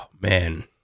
Man